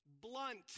Blunt